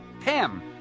Pam